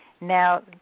Now